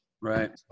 Right